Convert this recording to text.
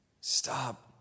Stop